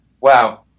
Wow